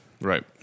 Right